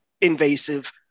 invasive